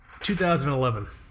2011